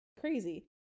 crazy